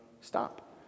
stop